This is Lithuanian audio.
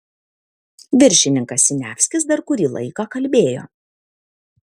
viršininkas siniavskis dar kurį laiką kalbėjo